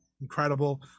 incredible